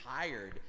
tired